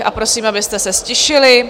A prosím, abyste se ztišili.